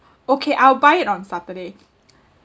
okay I'll buy it on saturday